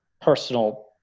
personal